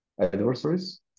adversaries